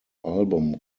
album